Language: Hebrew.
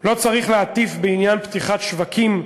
לנו לא צריך להטיף בעניין פתיחת שווקים,